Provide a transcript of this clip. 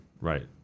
Right